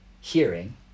hearing